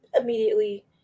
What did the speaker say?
immediately